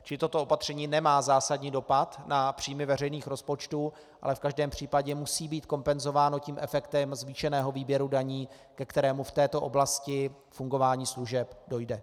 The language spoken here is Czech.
Čili toto opatření nemá zásadní dopad na příjmy veřejných rozpočtů, ale v každém případě musí být kompenzováno tím efektem zvýšeného výběru daní, ke kterému v této oblasti fungování služeb dojde.